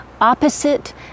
opposite